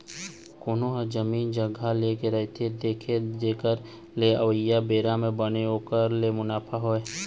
कोनो ह जमीन जघा लेके रख देथे जेखर ले अवइया बेरा म बने ओखर ले मुनाफा होवय